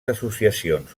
associacions